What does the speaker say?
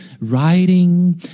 writing